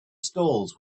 stalls